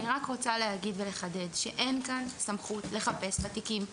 אני רק רוצה להגיד ולחדד שאין כאן סמכות לחפש בתיקים,